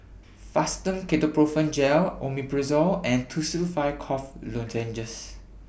Fastum Ketoprofen Gel Omeprazole and Tussils five Cough Lozenges